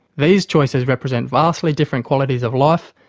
these choices represent vastly different qualities of life,